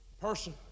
Person